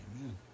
Amen